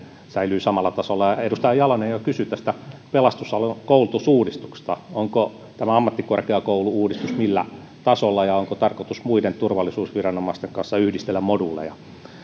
säilyy samalla tasolla edustaja jalonen jo kysyi tästä pelastusalan koulutusuudistuksesta onko tämä ammattikorkeakoulu uudistus millä tasolla ja onko tarkoitus muiden turvallisuusviranomaisten kanssa yhdistellä moduuleja